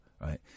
right